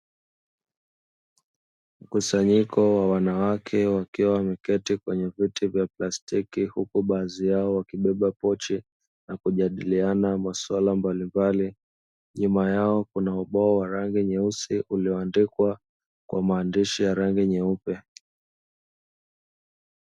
Mkusanyiko wa wanawake wakiwa wameketi kwenye viti vya plastiki huku wengine wakiwa wamebeba pochi wakijadiliana mambo mbalimbali, nyuma yao kuna ubao ambao umeandikwa kwa maandishi meupe.